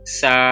sa